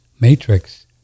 matrix